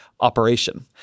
operation